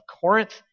Corinth